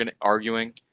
arguing